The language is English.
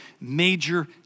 major